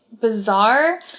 bizarre